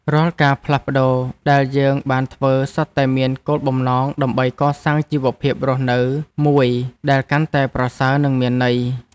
រាល់ការផ្លាស់ប្តូរដែលយើងបានធ្វើសុទ្ធតែមានគោលបំណងដើម្បីកសាងជីវភាពរស់នៅមួយដែលកាន់តែប្រសើរ និងមានន័យ។